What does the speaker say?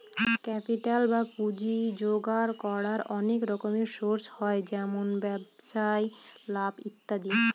capital বা পুঁজি জোগাড় করার অনেক রকম সোর্স হয় যেমন ব্যবসায় লাভ ইত্যাদি